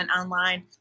online